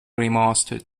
remastered